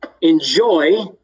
enjoy